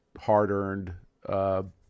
hard-earned